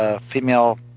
female